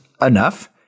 enough